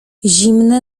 zimne